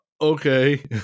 okay